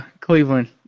Cleveland